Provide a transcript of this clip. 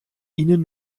ihnen